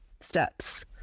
steps